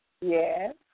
yes